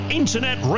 internet